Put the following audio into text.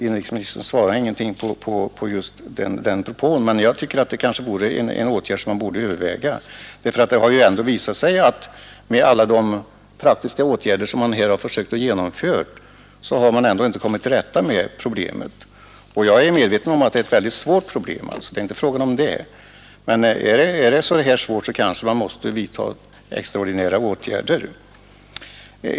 Inrikesministern svarade ingenting på den propån, men jag tycker att det är en åtgärd som borde kunna övervägas. Trots alla de praktiska åtgärder som man försökt genomföra, har man ju ändå inte kommit till rätta med ungdomens arbetslöshetsproblem. Jag är medveten om att det är ett oerhört svårt problem, men därför bör man kanske vidta extraordinära åtgärder.